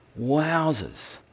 Wowzers